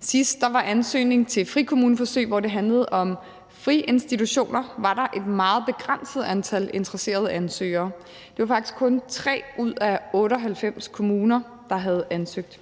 Sidst der var ansøgning til frikommuneforsøg, hvor det handlede om friinstitutioner, var der er et meget begrænset antal interesserede ansøgere. Det var faktisk kun 3 ud af 98 kommuner, der havde ansøgt.